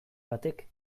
batek